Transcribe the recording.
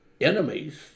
enemies